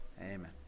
Amen